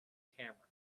camera